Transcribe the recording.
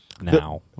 now